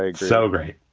like so great.